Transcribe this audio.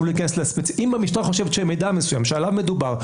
שעליו מדובר,